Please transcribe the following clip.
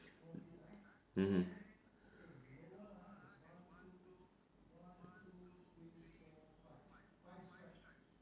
mmhmm